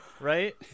Right